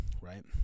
right